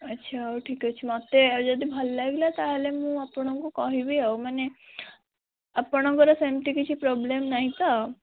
ଆଚ୍ଛା ହଉ ଠିକ୍ ଅଛି ମତେ ଆଉ ଯଦି ଭଲ ଲାଗିଲା ତା' ହେଲେ ମୁଁ ଆପଣଙ୍କୁ କହିବି ଆଉ ମାନେ ଆପଣଙ୍କର ସେମିତି କିଛି ପ୍ରୋବ୍ଲେମ୍ ନାହିଁ ତ